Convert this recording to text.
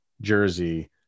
Jersey